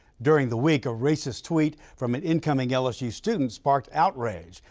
during the week, a racist tweet from an incoming lsu student sparked outrage.